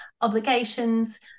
obligations